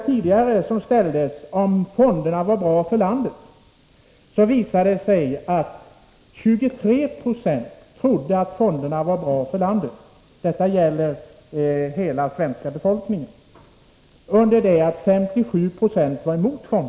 Tidigare ställdes en fråga om fonderna var bra för landet. Då visade det sig att 23 20 trodde att fonderna var bra för landet, under det att 57 26 var emot fonder. Det gäller hela den svenska befolkningen.